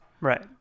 Right